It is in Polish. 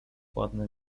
ładne